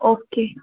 okay